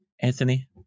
Anthony